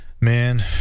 Man